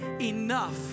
enough